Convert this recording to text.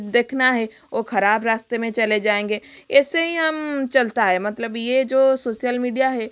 देखना है वो खराब रास्ते में चले जाएंगे ऐसे हीं हम चलता है मतलब ये जो सोशल मीडिया है